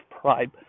pride